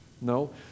No